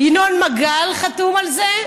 ינון מגל חתום על זה,